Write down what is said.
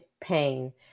pain